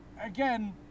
Again